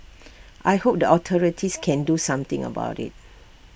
I hope the authorities can do something about IT